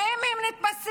ואם הם נתפסים